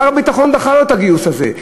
שר הביטחון דחה לו את הגיוס הזה.